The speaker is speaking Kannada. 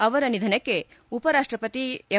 ಅವರ ನಿಧನಕ್ಕೆ ಉಪರಾಷ್ಟ ಪತಿ ಎಂ